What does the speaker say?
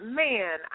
man